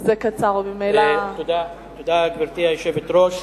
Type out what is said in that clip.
גברתי היושבת-ראש,